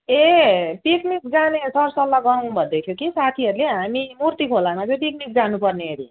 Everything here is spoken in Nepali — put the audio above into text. ए पिकनिक जाने सरसल्लाह गरौँ भन्दै थियो कि साथीहरूले हामी मुर्ती खोलामा चाहिँ पिकनिक जानुपर्ने अरे